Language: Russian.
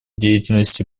деятельности